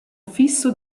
fisso